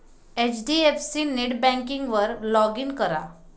HDFC नेटबँकिंगवर log in करा